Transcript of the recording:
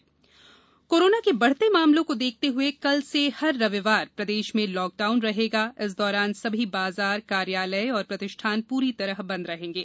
lockdown corona के बढ़ते मामलों को देखते हुए कल से हर रविवार प्रदेश में लॉकडाउन रहेगा इस दौरान सभी बाजार कार्यालय और प्रतिष्ठान पूरी तरह बंद रहेंगे